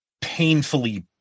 painfully